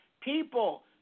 people